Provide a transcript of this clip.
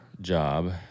job